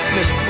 Miss